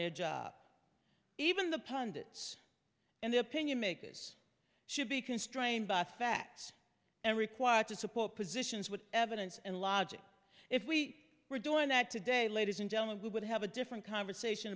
their job even the pundits and the opinion makers should be constrained by facts and required to support positions with evidence and logic if we were doing that today ladies and gentlemen we would have a different conversation